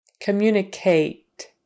Communicate